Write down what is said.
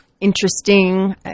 interesting